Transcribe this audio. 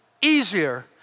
easier